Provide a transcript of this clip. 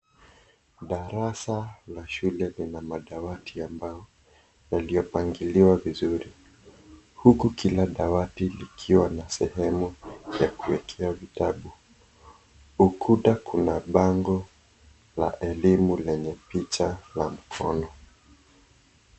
Darasa la shule lina madawati ya mbao yaliopangiliwa vizuri huku kila dawati likiwa na sehemu ya kuwekea vitabu. Ukuta kuna bango la elimu lenye picha la mkono.